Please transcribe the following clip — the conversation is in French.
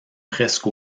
presque